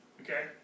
Okay